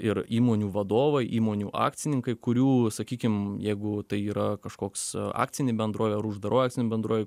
ir įmonių vadovai įmonių akcininkai kurių sakykim jeigu tai yra kažkoks akcinė bendrovė ar uždaroji akcinė bendrovė